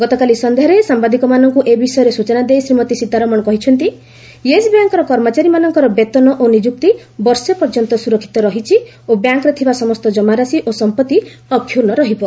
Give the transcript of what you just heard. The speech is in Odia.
ଗତକାଲି ସନ୍ଧ୍ୟାରେ ସାମ୍ବାଦିକମାନଙ୍କୁ ଏ ବିଷୟରେ ସୂଚନା ଦେଇ ଶ୍ରୀମତୀ ସୀତାରମଣ କହିଛନ୍ତି ୟେସ୍ ବ୍ୟାଙ୍କ୍ର କର୍ମଚାରୀମାନଙ୍କର ବେତନ ଓ ନିଯୁକ୍ତି ବର୍ଷେ ପର୍ଯ୍ୟନ୍ତ ସୁରକ୍ଷିତ ରହିଛି ଓ ବ୍ୟାଙ୍କ୍ରେ ଥିବା ସମସ୍ତ ଜମାରାଶି ଓ ସମ୍ପତ୍ତି ଅକ୍ଷୁର୍ଣ୍ଣ ରହିବ